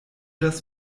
das